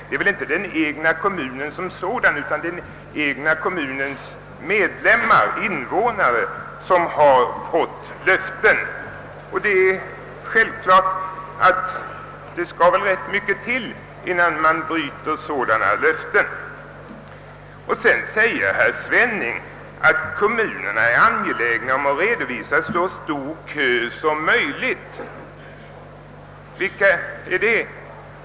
Det är inte den egna kommunen som sådan utan den egna kommunens invånare som fått löfterna, och det skall mycket till innan man bryter sådana löften. Kommunerna är angelägna om att redovisa så stor bostadskö som möjligt, säger herr Svenning vidare.